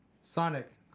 Sonic